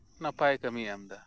ᱱᱟᱯᱟᱭ ᱠᱟᱹᱢᱤᱭ ᱮᱢᱮᱫᱟ